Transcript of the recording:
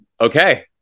Okay